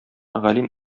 галим